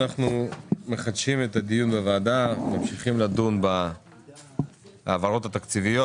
אנחנו מתחילים את הדיון בוועדה בהעברות תקציביות.